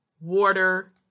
water